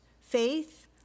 faith